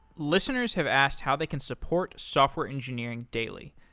listeners have asked how they can support software engineering daily.